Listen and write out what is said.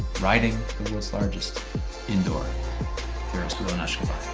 riding the world's largest indoor ferris wheel in ashgabat.